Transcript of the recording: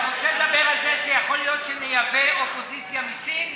אתה רוצה לדבר על זה שיכול להיות שנייבא אופוזיציה מסין?